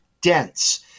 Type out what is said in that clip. dense